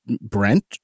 Brent